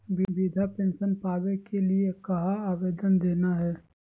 वृद्धा पेंसन पावे के लिए कहा आवेदन देना है?